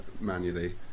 manually